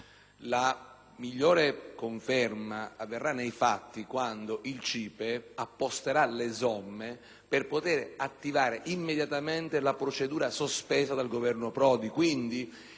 La migliore conferma avverrà nei fatti, quando il CIPE apposterà le somme per poter attivare immediatamente la procedura sospesa dal Governo Prodi.